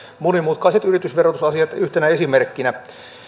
monimutkaiset yritysverotusasiat yhtenä esimerkkinä